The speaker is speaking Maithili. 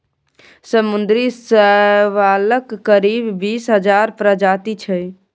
समुद्री शैवालक करीब बीस हजार प्रजाति छै